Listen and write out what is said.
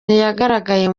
ntiyagaragaye